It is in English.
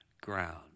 ground